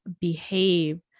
behave